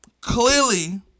Clearly